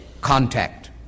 contact